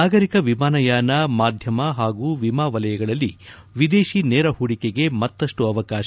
ನಾಗರಿಕ ವಿಮಾನಯಾನ ಮಾಧ್ಯಮ ಹಾಗೂ ವಿಮಾ ವಲಯಗಳಲ್ಲಿ ವಿದೇಶಿ ನೇರ ಹೂಡಿಕೆಗೆ ಮತ್ತಷ್ಟು ಅವಕಾಶ